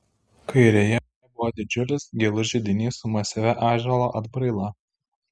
kairėje buvo didžiulis gilus židinys su masyvia ąžuolo atbraila